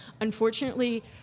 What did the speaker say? Unfortunately